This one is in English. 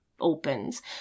opens